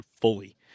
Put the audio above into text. fully